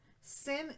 sin